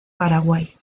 paraguay